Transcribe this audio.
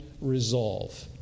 resolve